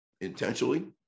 intentionally